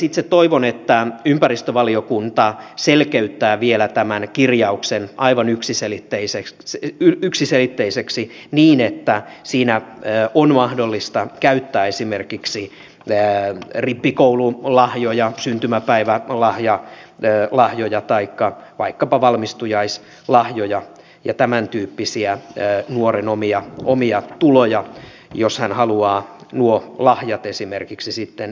itse toivon että ympäristövaliokunta selkeyttää vielä tämän kirjauksen aivan yksiselitteiseksi niin että siinä on mahdollista käyttää esimerkiksi jään rippikoulun lahjoja syntymäpäivän lahja rippikoululahjoja syntymäpäivälahjoja taikka vaikkapa valmistujaislahjoja ja tämäntyyppisiä nuoren omia tuloja jos hän haluaa nuo lahjat esimerkiksi sitten säästöön laittaa